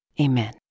Amen